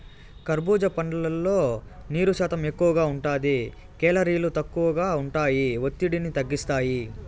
కర్భూజా పండ్లల్లో నీరు శాతం ఎక్కువగా ఉంటాది, కేలరీలు తక్కువగా ఉంటాయి, ఒత్తిడిని తగ్గిస్తాయి